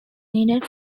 needed